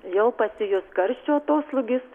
jau pasijus karščio atoslūgis